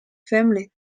family